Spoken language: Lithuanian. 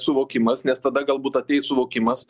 suvokimas nes tada galbūt ateis suvokimas